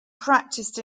practised